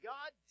God